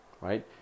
right